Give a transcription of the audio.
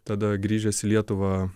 tada grįžęs į lietuvą